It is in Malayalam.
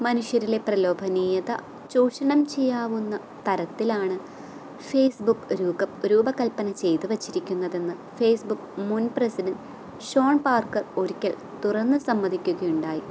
മനുഷ്യരിലെ പ്രലോഭനീയത ചുഷണം ചെയ്യാവുന്ന തരത്തിലാണ് ഫേസ്ബുക്ക് രൂപകല്പന ചെയ്തുവെച്ചിരിക്കുന്നതെന്ന് ഫേസ്ബുക്ക് മുൻ പ്രസിഡെൻറ്റ് ഷോൺ പാർക്ക് ഒരിക്കൽ തുറന്ന് സംസാരിക്കുകയുണ്ടായി